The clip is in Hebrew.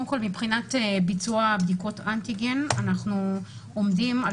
מבחינת ביצוע בדיקות אנטיגן אנחנו עומדים על